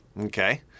okay